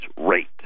rate